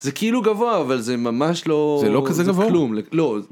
זה כאילו גבוה אבל זה ממש לא.. זה לא כזה גבוה. לא.